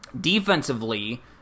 Defensively